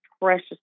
precious